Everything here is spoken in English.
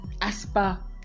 Aspa